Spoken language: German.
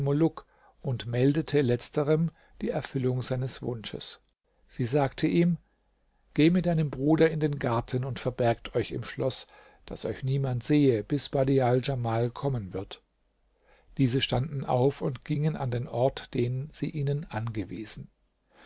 und meldete letzterem die erfüllung seines wunsches sie sagte ihm geh mit deinem bruder in den garten und verbergt euch im schloß daß euch niemand sehe bis badial djamal kommen wird diese standen auf und gingen an den ort den sie ihnen angewiesen